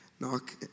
Knock